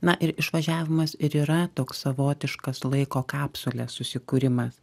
na ir išvažiavimas ir yra toks savotiškas laiko kapsulės susikūrimas